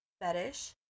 fetish